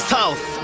South